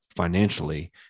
Financially